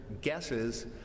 guesses